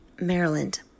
Maryland